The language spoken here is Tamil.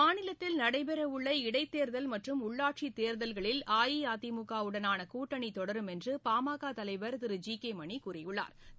மாநிலத்தில் நடைபெறவுள்ள இடைத்தோதல் மற்றும் உள்ளாட்சி தேர்தல்களில் அஇஅதிமுக வுடனான கூட்டணி தொடரும் என்று பாமக தலைவா் திரு ஜி கே மணி கூறியுள்ளாா்